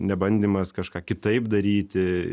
nebandymas kažką kitaip daryti